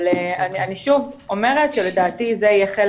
אבל אני שוב אומרת שלדעתי זה יהיה חלק